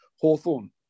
Hawthorne